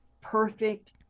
perfect